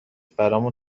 برامون